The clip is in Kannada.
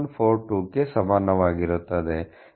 1142 ಕ್ಕೆ ಸಮಾನವಾಗಿರುತ್ತದೆ